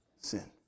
sin